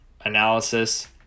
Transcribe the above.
analysis